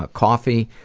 ah coffee,